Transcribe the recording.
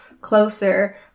closer